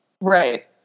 right